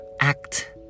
act